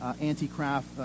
anti-craft